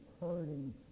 hurting